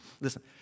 Listen